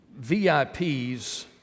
VIPs